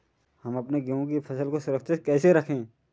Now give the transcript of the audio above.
हम अपने गेहूँ की फसल को सुरक्षित कैसे रखें?